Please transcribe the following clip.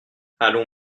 allons